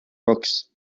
books